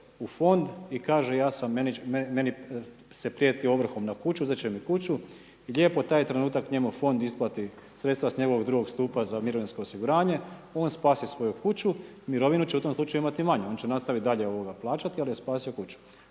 u fond i kaže ja sam, meni se prijeti ovrhom na kuću, uzet će mi kuću, lijepo taj trenutak njemu fond isplati sredstva s njegovog drugog stupa za mirovinsko osiguranje, on spasi svoju kuću, mirovinu će u tom slučaju imati manju, on će nastaviti dalje plaćati ali je spasio kuću.